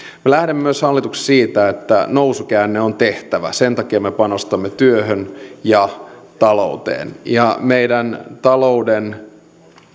lähdemme myös hallituksessa siitä että nousukäänne on tehtävä sen takia me panostamme työhön ja talouteen ja meidän talouden